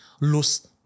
lose